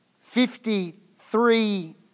Fifty-three